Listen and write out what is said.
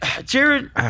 Jared